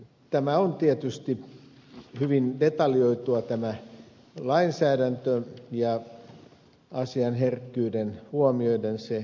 tämä lainsäädäntö on tietysti hyvin detaljoitua asian herkkyyden huomioiden